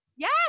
Yes